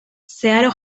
zeharo